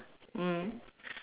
mm